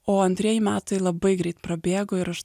o antrieji metai labai greit prabėgo ir aš